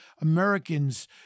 Americans